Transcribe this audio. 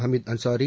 Amit Ansari